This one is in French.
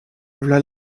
v’là